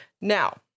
Now